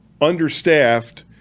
understaffed